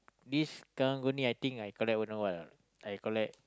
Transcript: this karang-guni I think I collect don't know what or not I collect